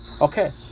Okay